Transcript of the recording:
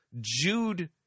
Jude